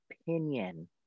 opinion